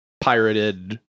pirated